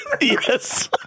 Yes